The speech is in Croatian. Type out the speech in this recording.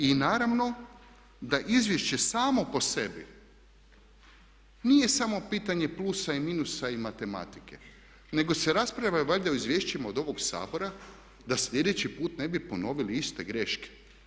I naravno da izvješće samo po sebi nije samo pitanje plusa i minusa i matematike, nego se raspravlja valjda o izvješćima od ovog Sabora da sljedeći put ne bi ponovili iste greške.